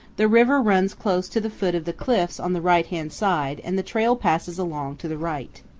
the river runs close to the foot of the cliffs on the right-hand side and the trail passes along to the right.